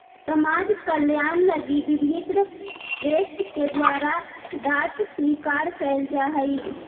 समाज कल्याण लगी विभिन्न ट्रस्ट के द्वारा दांत स्वीकार कैल जा हई